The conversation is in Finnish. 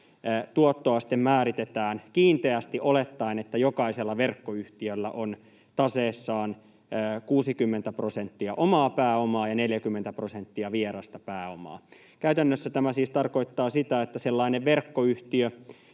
tuottoaste määritetään kiinteästi olettaen, että jokaisella verkkoyhtiöllä on taseessaan 60 prosenttia omaa pääomaa ja 40 prosenttia vierasta pääomaa. Käytännössä tämä siis tarkoittaa sitä, että sellainen verkkoyhtiö,